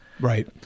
Right